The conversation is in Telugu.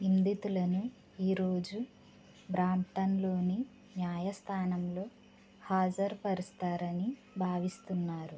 నిందితులను ఈరోజు బ్రాంప్టన్లోని న్యాయస్థానంలో హాజరు పరుస్తారని భావిస్తున్నారు